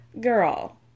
Girl